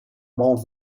more